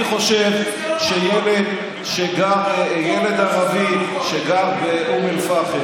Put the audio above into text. אני חושב שגם ילד ערבי שגר באום אל-פחם